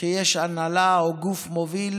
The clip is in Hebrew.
שיש הנהלה או גוף מוביל.